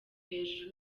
hejuru